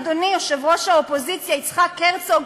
אדוני יושב-ראש האופוזיציה יצחק הרצוג,